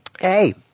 Hey